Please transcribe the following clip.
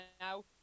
now